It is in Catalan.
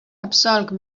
absolc